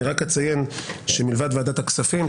אני רק אציין שמלבד ועדת הכספים,